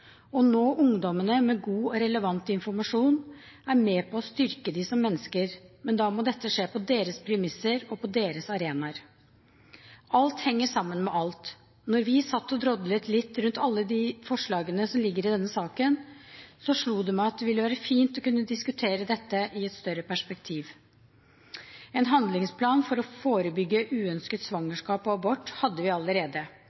å nå ungdommene med god og relevant informasjon, er med på å styrke dem som mennesker, men da må dette skje på deres premisser og på deres arenaer. Alt henger sammen med alt. Da vi satt og drodlet litt om alle forslagene som ligger i denne saken, slo det meg at det ville være fint å kunne diskutere dette i et større perspektiv. En handlingsplan for å forebygge uønsket